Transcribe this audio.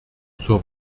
zur